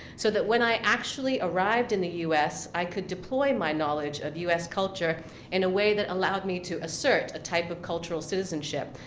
so that when i actually arrived in the us, i could deploy my knowledge of us culture in a way that allowed me to assert a type of cultural citizenship.